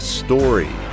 story